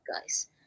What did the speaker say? guys